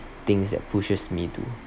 things that pushes me to